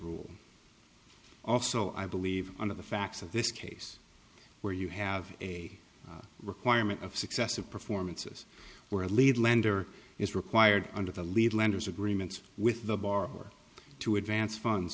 rule also i believe under the facts of this case where you have a requirement of successive performances where a lead lender is required under the lead lenders agreements with the borrower to advance funds